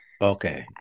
Okay